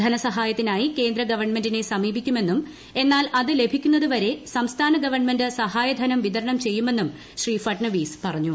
ധനസഹായത്തിനായി കേന്ദ്ര ഗവൺമെന്റിനെ സമീപിക്കുമെന്നും എന്നാൽ അതു ലഭിക്കുന്നതുവരെ സംസ്ഥാന ഗവൺമെന്റ് സഹായധനം വിതരണം ചെയ്യുമെന്നും ശ്രീ ഫഡ്നാവിസ് പറഞ്ഞു